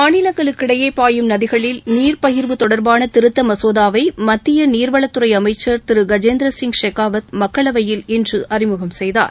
மாநிலங்களுக்கிடையேபாயும் நதிகளில் நீர் பகிர்வு தொடர்பானதிருத்தமசோதாவைமத்தியநீர்வளத்துறைஅமைச்சர் திருகஜேந்திரசிங் ஷெகாவத் மக்களவையில் இன்றுஅறிமுகம் செய்தார்